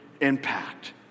impact